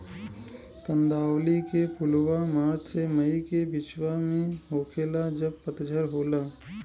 कंदावली के फुलवा मार्च से मई के बिचवा में होखेला जब पतझर होला